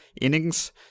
innings